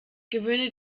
gewöhne